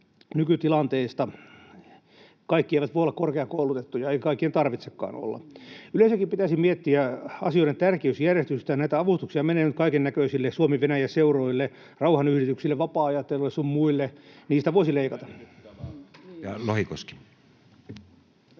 nykytilanteesta. Kaikki eivät voi olla korkeakoulutettuja, eikä kaikkien tarvitsekaan olla. Yleensäkin pitäisi miettiä asioiden tärkeysjärjestystä. Näitä avustuksia menee nyt kaikennäköisille Suomi—Venäjä-seuroille, rauhanyhdistyksille, vapaa-ajattelulle sun muille. Niistä voisi leikata.